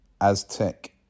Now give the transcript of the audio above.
Aztec